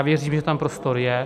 Věřím, že tam prostor je.